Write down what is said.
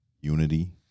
unity